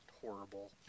horrible